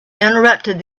interrupted